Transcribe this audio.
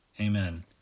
Amen